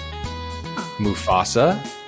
Mufasa